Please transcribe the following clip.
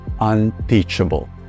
unteachable